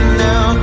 now